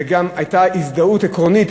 וגם הייתה הזדהות עקרונית,